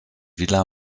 villa